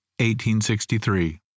1863